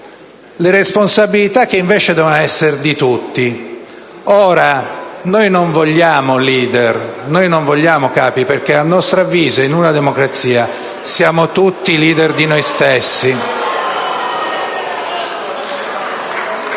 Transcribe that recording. le responsabilità che invece devono essere di tutti. Ora, noi non vogliamo *leader*, non vogliamo capi, perché, a nostro avviso, in una democrazia siamo tutti *leader* di noi stessi.